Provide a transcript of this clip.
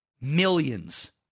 Millions